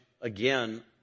again